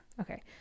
okay